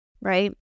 Right